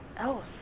else